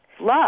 love